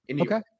Okay